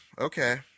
Okay